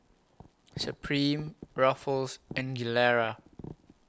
Supreme Ruffles and Gilera